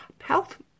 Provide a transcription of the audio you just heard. health